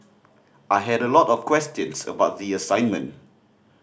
I had a lot of questions about the assignment